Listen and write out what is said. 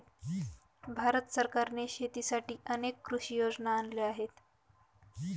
भारत सरकारने शेतीसाठी अनेक कृषी योजना आणल्या आहेत